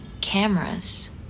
cameras